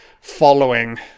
following